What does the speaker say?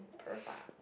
perfect